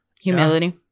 Humility